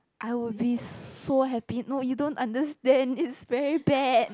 I will be so happy no you don't understand it's very bad